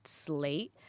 slate